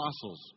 Apostles